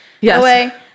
Yes